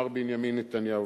מר בנימין נתניהו,